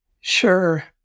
Sure